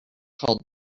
called